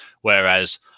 Whereas